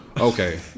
Okay